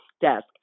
desk